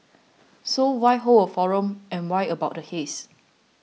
so why hold a forum and why about the haze